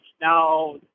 Now